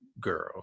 girl